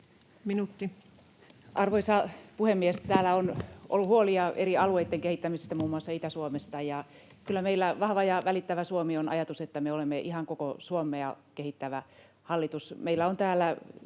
Arvoisa puhemies! Täällä on ollut huolia eri alueitten kehittämisestä, muun muassa Itä-Suomesta, ja kyllä meillä vahva ja välittävä Suomi sisältää ajatuksen, että me olemme ihan koko Suomea kehittävä hallitus. Meillä on täällä